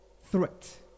threat